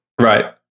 Right